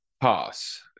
pass